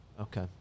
Okay